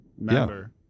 member